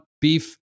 beef